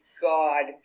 God